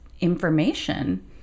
information